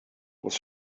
was